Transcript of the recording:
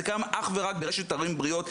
זה קיים אך ורק ברשת ערים בריאות,